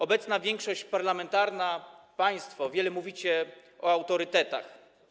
Obecna większość parlamentarna, państwo wiele mówicie o autorytetach.